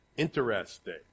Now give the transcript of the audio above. Interesting